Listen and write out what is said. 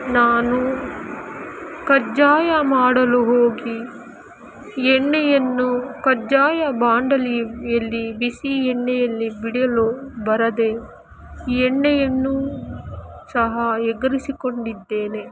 ನಾನು ಕಜ್ಜಾಯ ಮಾಡಲು ಹೋಗಿ ಎಣ್ಣೆಯನ್ನು ಕಜ್ಜಾಯ ಬಾಂಡಲಿಯಲ್ಲಿ ಬಿಸಿ ಎಣ್ಣೆಯಲ್ಲಿ ಬಿಡಲು ಬರದೆ ಎಣ್ಣೆಯನ್ನೂ ಸಹ ಎಗರಿಸಿಕೊಂಡಿದ್ದೇನೆ